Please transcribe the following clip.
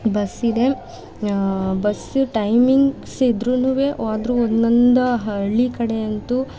ಬಸ್ಸಿದೆ bus timings ಇದ್ರೂನು ಆದ್ರು ಒಂದೊಂದು ಹಳ್ಳಿ ಕಡೆಯಂತೂ